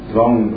long